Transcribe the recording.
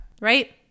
Right